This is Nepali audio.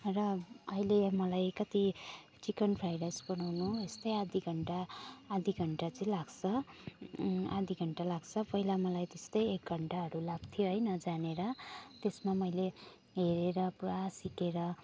र अहिले मलाई कति चिकन फ्राई राइस बनाउनु यस्तै आधी घण्टा आधी घण्टा चाहिँ लाग्छ आधी घण्टा लाग्छ पहिला मलाई त्यस्तै एक घण्टाहरू लाग्थ्यो है नजानेर त्यसमा मैले हेरेर पुरा सिकेर